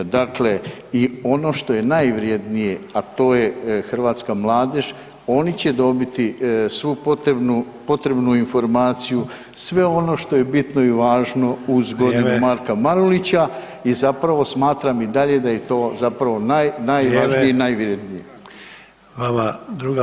Dakle i ono što je najvrednije, a to je hrvatska mladež oni će dobiti svu potrebnu informaciju, sve ono što je bitno i važno uz godinu Marka Marulića [[Upadica: Vrijeme.]] i zapravo smatram i dalje da je to zapravo naj, najvažnije [[Upadica: Vrijeme.]] i najvrednije.